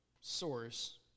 source